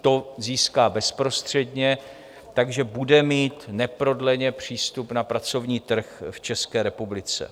To získá bezprostředně, takže bude mít neprodleně přístup na pracovní trh v České republice.